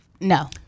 No